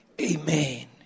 amen